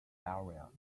area